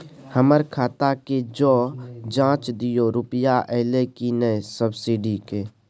हमर खाता के ज जॉंच दियो रुपिया अइलै की नय सब्सिडी के?